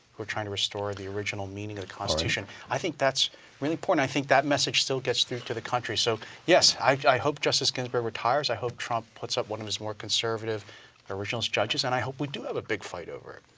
who are trying to restore the original meaning of the constitution. i think that's really important, i think that message still gets through to the country, so yes, i hope justice ginsburg retires, i hope trump puts up one of his more conservative originalist judges, and i hope we do have a big fight over it,